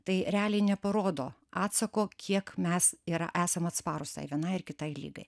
tai realiai neparodo atsako kiek mes yra esam atsparūs tai vienai ar kitai ligai